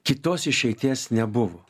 kitos išeities nebuvo